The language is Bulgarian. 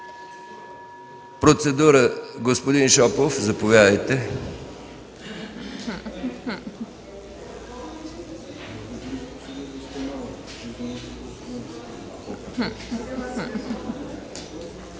Процедура – господин Шопов, заповядайте.